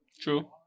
True